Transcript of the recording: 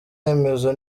remezo